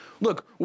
Look